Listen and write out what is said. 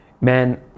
man